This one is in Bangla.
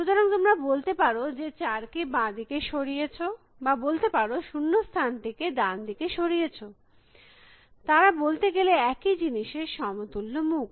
সুতরাং তোমরা বলতে পারো যে 4 কে বাঁ দিকে সরিয়েছ বা বলতে পারো শূন্য স্থানটিকে ডান দিকে সরিয়েছ তারা বলতে গেলে একই জিনিসের সম তুল্য মুখ